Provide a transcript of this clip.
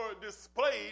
displayed